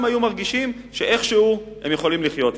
היו מרגישים שאיכשהו הם יכולים לחיות אתם.